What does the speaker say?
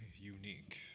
unique